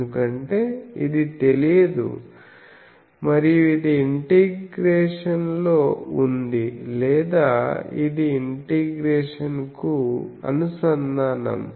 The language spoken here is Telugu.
ఎందుకంటే ఇది తెలియదు మరియు ఇది ఇంటిగ్రేషన్ లో ఉంది లేదా ఇది ఇంటిగ్రేషన్ కు అనుసంధానం